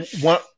one